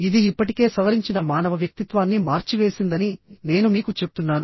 ఇది ఇప్పటికే సవరించిన మానవ వ్యక్తిత్వాన్ని మార్చివేసిందని నేను మీకు చెప్తున్నాను